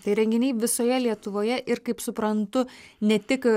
tai renginiai visoje lietuvoje ir kaip suprantu ne tik